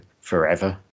forever